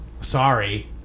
sorry